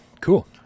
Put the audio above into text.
Cool